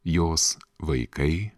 jos vaikai